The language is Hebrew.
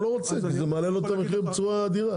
לא רוצה כי זה מעלה לו את המחיר בצורה אדירה.